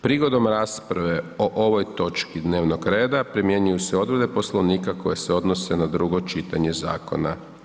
Prigodom rasprave o ovoj točki dnevnog reda primjenjuju se odredbe Poslovnika koje se odnose na drugo čitanje zakona.